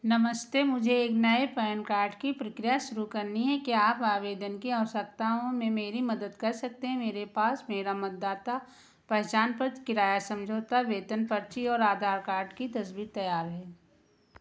नमस्ते मुझे एक नए पैन कार्ड की प्रक्रिया शुरू करनी है क्या आप आवेदन की आवश्यकताओं में मेरी मदद कर सकते हैं मेरे पास मेरा मतदाता पहचान पत्र किराया समझौता वेतन पर्ची और आधार कार्ड की तस्वीर तैयार है